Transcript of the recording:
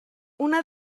una